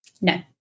no